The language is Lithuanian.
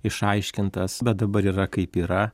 išaiškintas bet dabar yra kaip yra